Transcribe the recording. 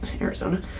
Arizona